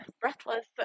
breathless